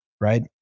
right